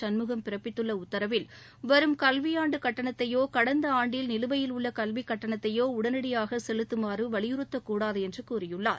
சண்முகம் பிறப்பித்துள்ள உத்தரவில் வரும் கல்வியாண்டு கட்டணத்தையோ கடந்த ஆண்டில் நிலுவையில் உள்ள கல்விக் கட்டணத்தையோ உடனடியாக செலுத்தமாறு வலியுறுத்தக்கூடாது என்று கூறியுள்ளார்